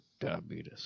Diabetes